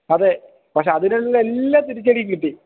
അതെ പക്ഷേ അതിനുള്ള എല്ലാ തിരിച്ചടിയും കിട്ടി